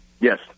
Yes